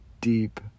deep